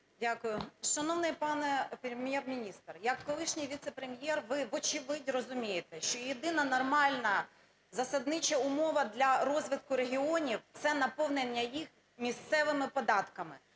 Дякую. Шановний пане Прем’єр-міністр, як колишній віце-прем’єр ви вочевидь розумієте, що єдина нормальна засаднича умова для розвитку регіонів – це наповнення їх місцевими податками.